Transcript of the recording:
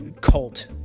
cult